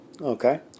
Okay